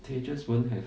tayches won't have